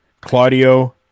Claudio